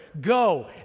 Go